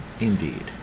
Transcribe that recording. Indeed